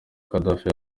gaddafi